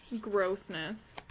Grossness